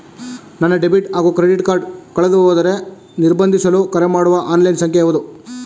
ನನ್ನ ಡೆಬಿಟ್ ಹಾಗೂ credit card ಕಳೆದುಹೋದರೆ ನಿರ್ಬಂಧಿಸಲು ಕರೆಮಾಡುವ ಆನ್ಲೈನ್ ಸಂಖ್ಯೆಯಾವುದು?